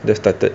just started